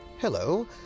hello